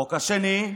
החוק השני,